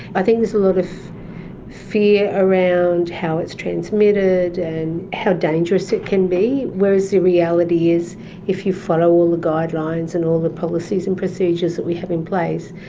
i think there's a lot of fear around how it's transmitted and how dangerous it can be, whereas the reality is if you follow all the guidelines and all the policies and procedures that we have in place,